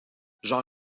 j’en